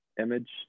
image